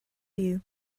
you